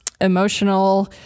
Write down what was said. emotional